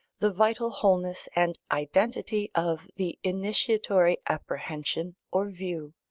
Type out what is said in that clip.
the vital wholeness and identity, of the initiatory apprehension or view.